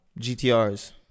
GTRs